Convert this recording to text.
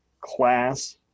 class